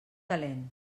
calent